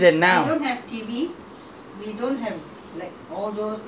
nowadays it's different lah you don't talk about sixties and now